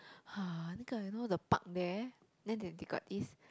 !huh! 那个 you know the park there then they they got this